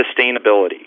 sustainability